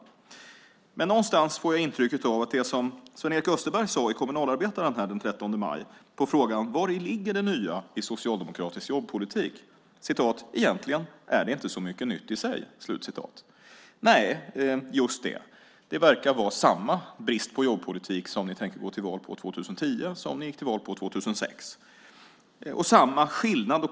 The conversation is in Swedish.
Sven-Erik Österberg svarade i Kommunalarbetaren den 13 maj på frågan vari det nya i socialdemokratisk jobbpolitik ligger: Egentligen är det inte så mycket nytt i sig. Nej, just det. Det verkar vara samma brist på jobbpolitik som ni tänker gå till val på 2010 som ni gick till val på 2006.